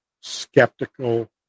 skeptical